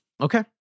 Okay